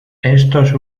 estos